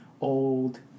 old